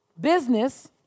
Business